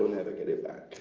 never get it back.